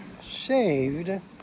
saved